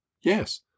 Yes